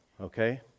Okay